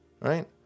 Right